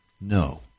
No